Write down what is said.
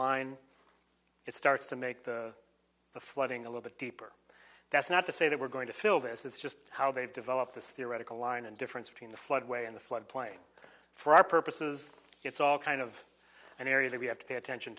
line it starts to make the flooding a little bit deeper that's not to say that we're going to fill this is just how they've developed this theoretical line and difference between the floodway and the floodplain for our purposes it's all kind of an area that we have to pay attention